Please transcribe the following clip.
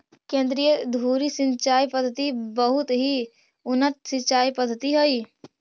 केन्द्रीय धुरी सिंचाई पद्धति बहुत ही उन्नत सिंचाई पद्धति हइ